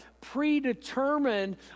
predetermined